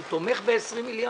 הוא תומך ב-20 מיליארד?